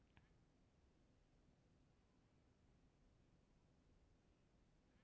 तोहरी दिमाग के तापमान हमेशा बढ़ल रहेला